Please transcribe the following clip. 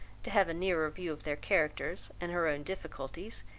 to have a nearer view of their characters and her own difficulties,